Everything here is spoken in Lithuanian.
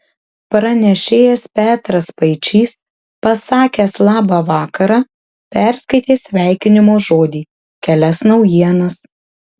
pranešėjas petras spaičys pasakęs labą vakarą perskaitė sveikinimo žodį kelias naujienas